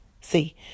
See